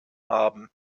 haben